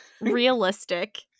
Realistic